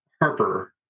Harper